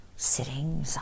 sitting